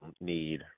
need